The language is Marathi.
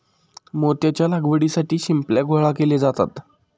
मोत्याच्या लागवडीसाठी शिंपल्या गोळा केले जातात